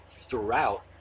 throughout